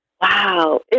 wow